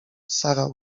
sara